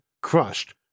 crushed